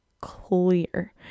clear